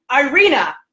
Irina